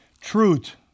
Truth